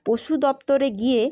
পশু দফতরে গিয়ে